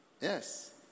Yes